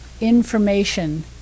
information